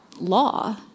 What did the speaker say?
law